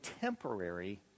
temporary